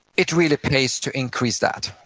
it really pays to increase that.